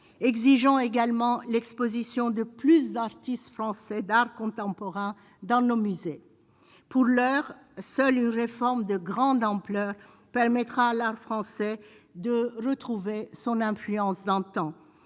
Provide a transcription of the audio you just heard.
exigeant également l'Exposition de plus d'artistes français d'art contemporain dans nos musées, pour l'heure, seule réforme de grande ampleur, permettre à la France, c'est de retrouver son influence d'antan,